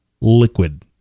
liquid